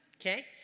Okay